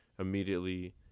immediately